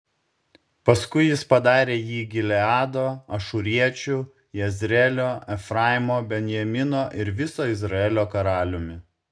paskui jis padarė jį gileado ašūriečių jezreelio efraimo benjamino ir viso izraelio karaliumi